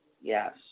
Yes